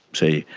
say,